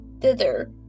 thither